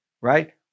Right